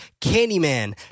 Candyman